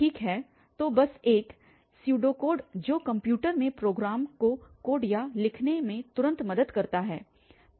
ठीक है तो बस एक स्यूडोकोड जो कंप्यूटर में प्रोग्राम को कोड या लिखने में तुरंत मदद कर सकता है